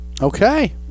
okay